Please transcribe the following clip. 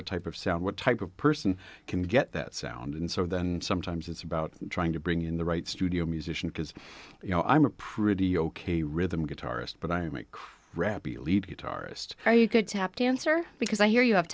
what type of sound what type of person can get that sound and so then sometimes it's about trying to bring in the right studio musician because you know i'm a pretty ok rhythm guitarist but i make rapid lead guitarist or you could tap dancer because i hear you ha